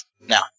Now